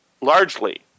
largely